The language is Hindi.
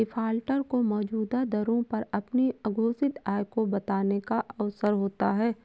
डिफाल्टर को मौजूदा दरों पर अपनी अघोषित आय को बताने का अवसर होता है